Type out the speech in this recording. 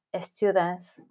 students